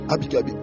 Abigail